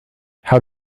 how